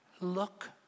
look